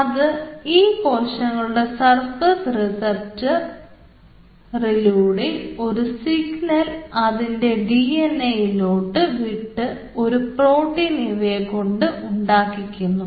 അത് ഈ കോശങ്ങളുടെ സർഫസ് റിസപ്റ്റർലൂടെ ഒരു സിഗ്നൽ അതിൻറെ ഡിഎൻഎയിൽ ലോട്ട് വിട്ട് ഒരു പ്രോട്ടീൻ ഇവയെ കൊണ്ട് ഉണ്ടാക്കിക്കുന്നു